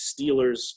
Steelers